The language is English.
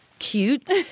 cute